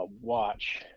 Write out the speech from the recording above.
watch